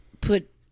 put